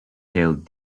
tailed